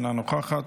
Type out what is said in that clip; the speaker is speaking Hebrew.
אינה נוכחת,